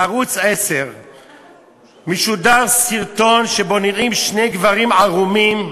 בערוץ 10 משודר סרטון שבו נראים שני גברים ערומים,